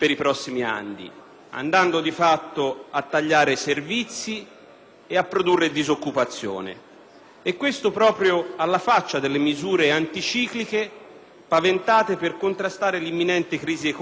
e questo alla faccia delle misure anticicliche paventate per contrastare l'imminente crisi economica, i cui effetti purtroppo devastanti cominciano pesantemente